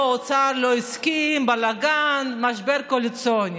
לא, האוצר לא הסכים, בלגן, משבר קואליציוני.